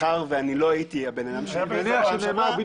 מאחר ואני לא הייתי הבן-אדם בפעם שעברה